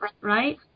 right